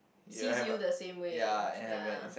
sees you the same way ya